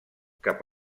cap